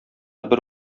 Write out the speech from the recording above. бер